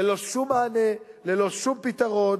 ללא שום מענה, ללא שום פתרון.